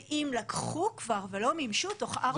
ואם לקחו כבר ולא מימשו בתוך ארבע שנים